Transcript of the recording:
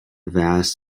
vast